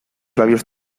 labios